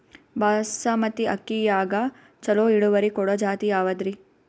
ಬಾಸಮತಿ ಅಕ್ಕಿಯಾಗ ಚಲೋ ಇಳುವರಿ ಕೊಡೊ ಜಾತಿ ಯಾವಾದ್ರಿ?